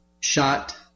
shot